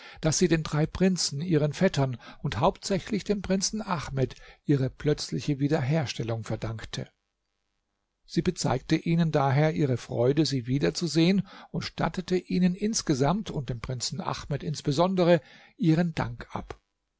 daß sie den drei prinzen ihren vettern und hauptsächlich dem prinzen ahmed ihre plötzliche wiederherstellung verdankte sie bezeigte ihnen daher ihre freude sie wieder zu sehen und stattete ihnen insgesamt und dem prinzen ahmed insbesondere ihren dank ab